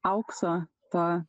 aukso to